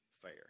fair